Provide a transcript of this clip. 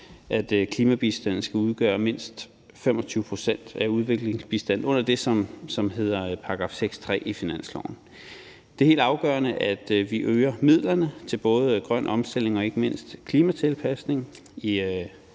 at klimabistanden skal udgøre mindst 25 pct. af udviklingsbistanden under det, der hedder § 6.3 i finansloven. Det er helt afgørende, at vi øger midlerne til både grøn omstilling og ikke mindst klimatilpasning i